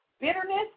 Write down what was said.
bitterness